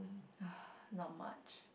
not much